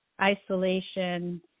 isolation